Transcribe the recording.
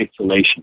isolation